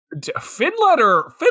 Finletter